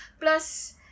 Plus